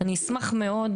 אני אשמח מאוד,